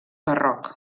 barroc